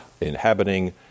inhabiting